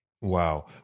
Wow